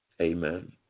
Amen